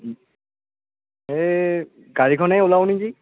এই গাড়ীখনে ওলাও নিকি